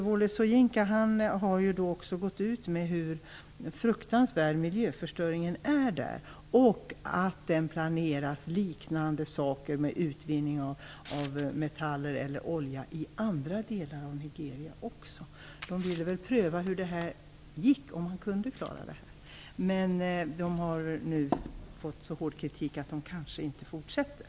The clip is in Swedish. Wole Soyinka har gått ut och talat om hur fruktansvärd miljöstöringen är och att det planeras utvinning av metaller och olja i andra delar av Nigeria också, med liknande följder. Man vill väl pröva om man kunde klara det. Men landet har nu fått så hård kritik att man kanske inte fortsätter.